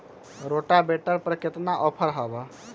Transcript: Rotavator पर केतना offer हव?